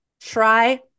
Try